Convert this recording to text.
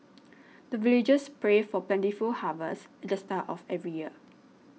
the villagers pray for plentiful harvest at the start of every year